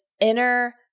inner